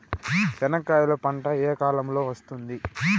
చెనక్కాయలు పంట ఏ కాలము లో వస్తుంది